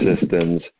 systems